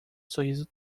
sorriso